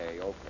okay